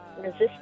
Resist